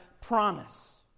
promise